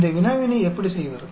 இந்த வினாவினை எப்படி செய்வது